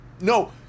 No